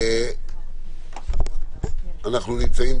אני מתכבד לפתוח את ישיבת ועדת החוקה, חוק ומשפט.